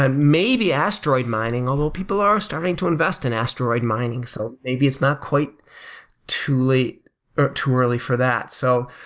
ah maybe asteroid mining, although people are starting to invest in asteroid mining, so maybe it's not quite too late or too early for that. so